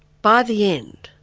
by the end,